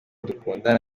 dukundana